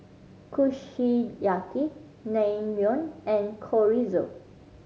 Kushiyaki Naengmyeon and Chorizo